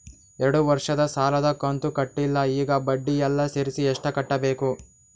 ಎರಡು ವರ್ಷದ ಸಾಲದ ಕಂತು ಕಟ್ಟಿಲ ಈಗ ಬಡ್ಡಿ ಎಲ್ಲಾ ಸೇರಿಸಿ ಎಷ್ಟ ಕಟ್ಟಬೇಕು?